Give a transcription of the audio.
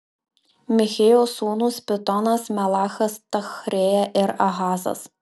michėjo sūnūs pitonas melechas tachrėja ir ahazas